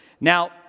Now